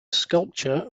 sculpture